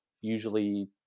usually